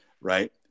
right